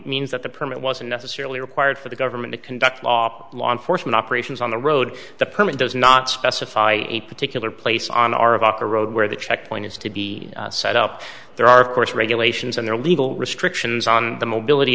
means that the permit wasn't necessarily required for the government to conduct law law enforcement operations on the road the permit does not specify a particular place on our of off the road where the checkpoint is to be set up there are of course regulations and they're legal restrictions on the mobility